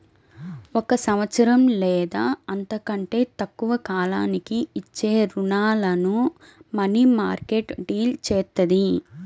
ఒక సంవత్సరం లేదా అంతకంటే తక్కువ కాలానికి ఇచ్చే రుణాలను మనీమార్కెట్ డీల్ చేత్తది